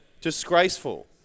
Disgraceful